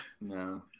No